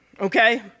okay